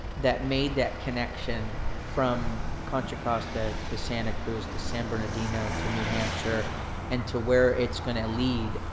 that made that connection from contra costa to santa cruz to san bernardino to new hampshire and to where it's going to lead,